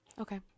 Okay